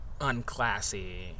unclassy